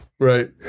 Right